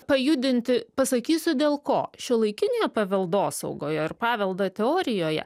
pajudinti pasakysiu dėl ko šiuolaikinėje paveldosaugoje ir paveldo teorijoje